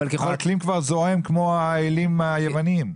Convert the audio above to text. האקלים כבר זועם כמו האלים היווניים.